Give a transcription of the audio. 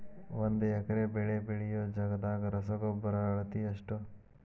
ಒಂದ್ ಎಕರೆ ಬೆಳೆ ಬೆಳಿಯೋ ಜಗದಾಗ ರಸಗೊಬ್ಬರದ ಅಳತಿ ಎಷ್ಟು?